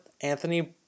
Anthony